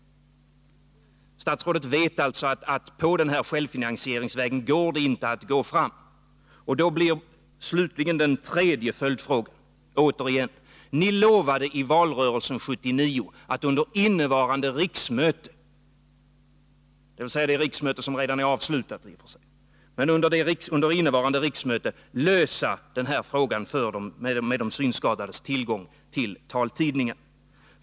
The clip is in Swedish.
Statsrådet vet alltså att man inte kan gå på en självfinansieringsväg, och därmed kommer jag till min sista följdfråga. För det tredje: I valrörelsen 1979 lovade ni att under det kommande riksmötet, alltså det riksmöte som nu är avslutat, lösa frågan om de synskadades tillgång till taltidningar.